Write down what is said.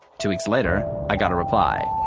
two weeks later, i got a reply.